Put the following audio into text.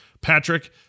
Patrick